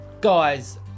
guys